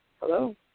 Hello